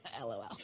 LOL